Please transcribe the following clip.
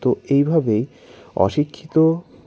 তো এইভাবেই অশিক্ষিত